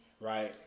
right